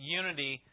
unity